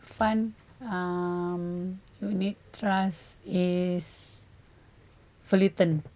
fund um unit trust is fullerton